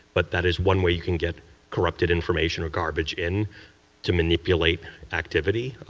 but that is one way you can get corrupted information of garbage in to manipulate activity.